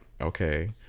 okay